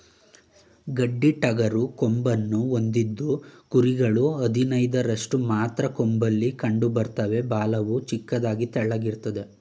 ಗಡ್ಡಿಟಗರು ಕೊಂಬನ್ನು ಹೊಂದಿದ್ದು ಕುರಿಗಳು ಹದಿನೈದರಷ್ಟು ಮಾತ್ರ ಕೊಂಬಲ್ಲಿ ಕಂಡುಬರ್ತವೆ ಬಾಲವು ಚಿಕ್ಕದಾಗಿ ತೆಳ್ಳಗಿರ್ತದೆ